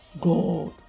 God